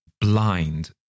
blind